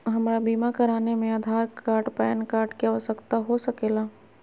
हमरा बीमा कराने में आधार कार्ड पैन कार्ड की आवश्यकता हो सके ला?